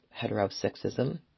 heterosexism